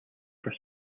for